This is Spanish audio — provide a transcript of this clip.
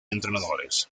entrenadores